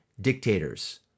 dictators